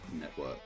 Network